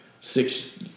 six –